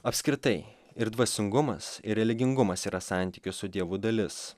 apskritai ir dvasingumas ir religingumas yra santykių su dievu dalis